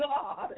God